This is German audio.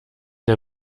der